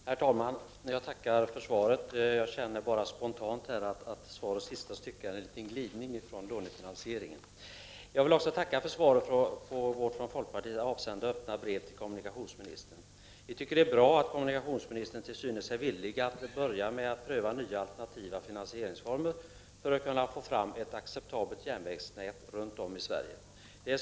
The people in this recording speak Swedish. Herr talman! Jag tackar för svaret. Min spontana kommentar är att svarets sista stycke är en liten glidning ifrån lånefinansieringen. Jag vill också tacka för svaret på det från folkpartiet avsända öppna brevet till kommunikationsministern. Vi tycker att det är bra att kommunikationsministern till synes är villig att börja pröva nya alternativa finansieringsformer för att kunna få fram ett acceptabelt järnvägsnät runt om i Sverige.